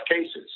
cases